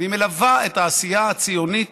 והיא מלווה את העשייה הציונית